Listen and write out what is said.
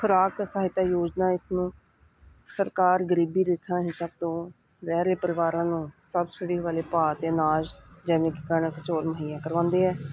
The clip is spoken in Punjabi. ਖੁਰਾਕ ਸਹਾਇਤਾ ਯੋਜਨਾ ਇਸਨੂੰ ਸਰਕਾਰ ਗਰੀਬੀ ਰੇਖਾ ਹੇਠਾਂ ਤੋਂ ਰਹਿ ਰਹੇ ਪਰਿਵਾਰਾਂ ਨੂੰ ਸਬਸਿਡੀ ਵਾਲੇ ਭਾਰ ਦੇ ਨਾਲ ਜਾਨੀ ਕਿ ਕਣਕ ਚੌਲ ਮੁਹੱਈਆ ਕਰਵਾਉਂਦੀ ਹੈ